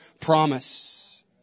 promise